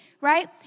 right